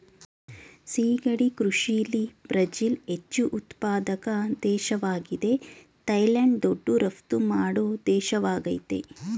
ಸಿಗಡಿ ಕೃಷಿಲಿ ಬ್ರಝಿಲ್ ಹೆಚ್ಚು ಉತ್ಪಾದಕ ದೇಶ್ವಾಗಿದೆ ಥೈಲ್ಯಾಂಡ್ ದೊಡ್ಡ ರಫ್ತು ಮಾಡೋ ದೇಶವಾಗಯ್ತೆ